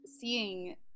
seeing